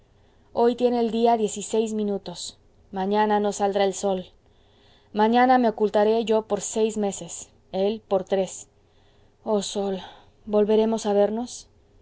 hoy tiene el día diez y seis minutos mañana no saldrá el sol mañana me ocultaré yo por seis meses él por tres oh sol volveremos a vernos